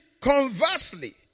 conversely